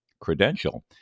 credential